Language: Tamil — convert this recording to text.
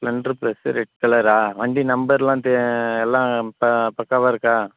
ஸ்ப்ளண்ட்ரு ப்ளஸ்ஸு ரெட் கலரா வண்டி நம்பர்லாம் தெ எல்லாம் இப்போ பக்காவாக இருக்கா